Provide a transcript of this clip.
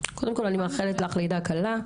אני מאחלת לך קודם כל לידה קלה.